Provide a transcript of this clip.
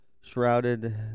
shrouded